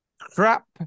Crap